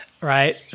right